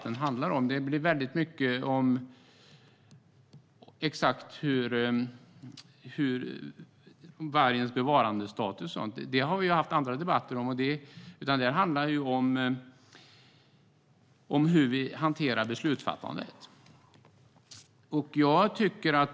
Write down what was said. Vi har haft andra debatter om vargens bevarandestatus. Det här handlar om hur vi hanterar beslutsfattandet.